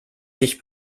dich